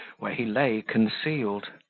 where he lay, concealed.